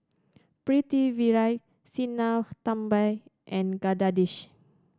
Pritiviraj Sinnathamby and Jagadish